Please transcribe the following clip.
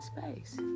space